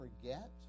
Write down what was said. forget